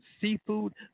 seafood